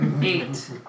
Eight